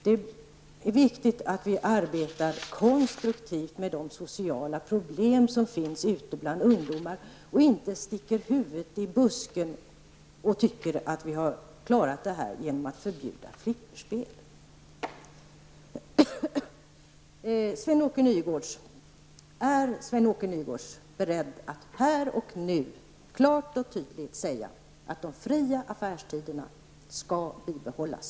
Det är viktigt att vi arbetar konstruktivt med de sociala problem som finns ute bland ungdomar och inte sticker huvudet i busken och tycker att vi har klarat problemen genom att förbjuda flipperspel. Är Sven-Åke Nygårds beredd att här och nu klart och tydligt säga att de fria affärstiderna skall bibehållas?